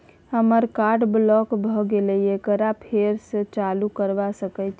हमर card block भ गेले एकरा फेर स चालू करबा सके छि?